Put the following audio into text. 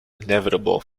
inevitable